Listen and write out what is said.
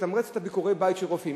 לתמרץ את ביקורי הבית של רופאים.